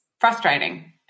frustrating